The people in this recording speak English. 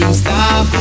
stop